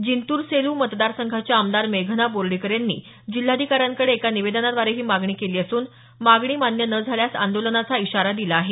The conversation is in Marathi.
जिंतूर सेलू मतदारसंघाच्या आमदार मेघना बोर्डीकर यांनी जिल्हाधिकाऱ्यांकडे एका निवेदनाद्वारे ही मागणी केली असून मागणी मान्य न झाल्यास आंदोलनाचा इशारा दिला आहे